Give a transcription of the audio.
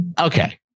okay